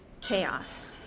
chaos